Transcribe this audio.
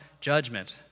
judgment